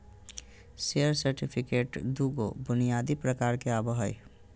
share certificate दू गो बुनियादी प्रकार में आवय हइ